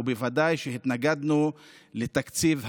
ובוודאי שהתנגדנו לתקציב המדינה.